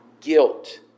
guilt